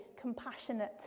compassionate